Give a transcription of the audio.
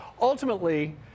Ultimately